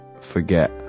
forget